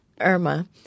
Irma